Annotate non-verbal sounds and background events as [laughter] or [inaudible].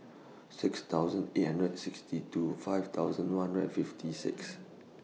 six thousand eight hundred sixty two five thousand one hundred and fifty six [noise]